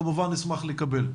כמובן שנשמח לקבל.